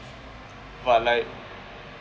but like